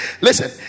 listen